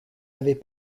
avait